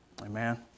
Amen